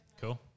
Cool